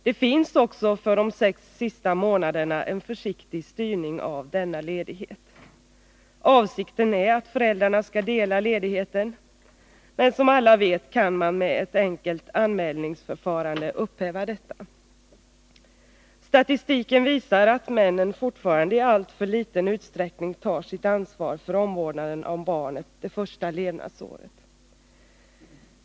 Det finns också för de sex sista månaderna en försiktig styrning av denna ledighet. Avsikten är att föräldrarna skall dela på den, men som alla vet kan man med ett enkelt anmälningsförfarande upphäva detta. Statistiken visar att männen fortfarande i alltför liten utsträckning tar sitt ansvar för omvårdnaden av barnet under dess första levnadsår.